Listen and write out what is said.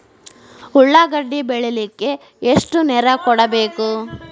ಉಳ್ಳಾಗಡ್ಡಿ ಬೆಳಿಲಿಕ್ಕೆ ಎಷ್ಟು ನೇರ ಕೊಡಬೇಕು?